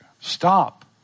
Stop